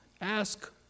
ask